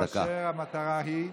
כאשר המטרה היא,